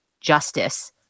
justice